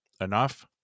enough